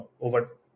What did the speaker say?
over